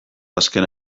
azkena